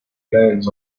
blends